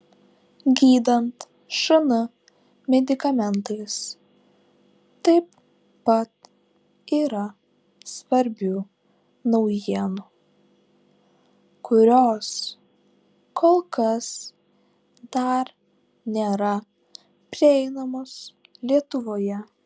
gydant šn medikamentais taip pat yra svarbių naujienų kurios kol kas dar nėra prieinamos lietuvoje